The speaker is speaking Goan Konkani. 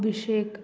अभिशेक